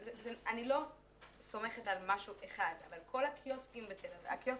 אני לא סומכת על משהו אחד, אבל הקיוסקים בתל-אביב,